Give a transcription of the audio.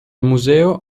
museo